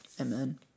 Amen